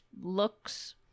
looks